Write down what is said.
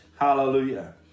Hallelujah